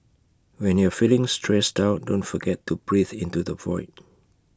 when you are feeling stressed out don't forget to breathe into the void